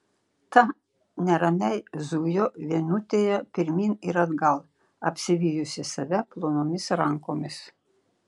ta neramiai zujo vienutėje pirmyn ir atgal apsivijusi save plonomis rankomis